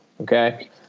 okay